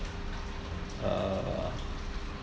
uh